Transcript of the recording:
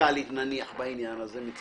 רדיקלית בעניין הזה.